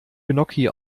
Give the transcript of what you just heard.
gnocchi